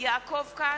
יעקב כץ,